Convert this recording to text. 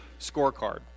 scorecard